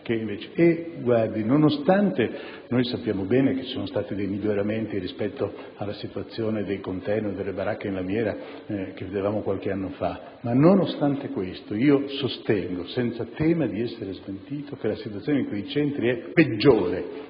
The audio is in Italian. le garanzie fondamentali. Sappiamo bene che ci sono stati miglioramenti rispetto alla situazione dei *containers* o delle baracche in lamiera di qualche anno fa, ma nonostante ciò io sostengo, senza tema di essere smentito, che la situazione in quei centri è peggiore